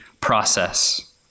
process